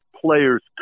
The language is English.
players